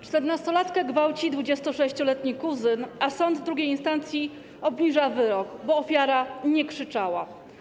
Czternastolatkę gwałci 26-letni kuzyn, a sąd II instancji obniża wyrok, bo ofiara nie krzyczała.